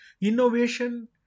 innovation